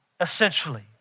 essentially